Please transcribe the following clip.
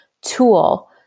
tool